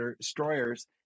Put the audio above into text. Destroyers